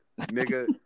nigga